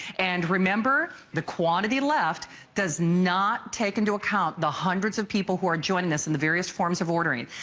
and remember the quantity left does not take into account the hundreds of people who are joining p us in the various forms of ordering.